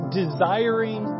desiring